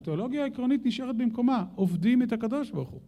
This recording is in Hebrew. תיאולוגיה עקרונית נשארת במקומה, עובדים את הקדוש ברוך הוא.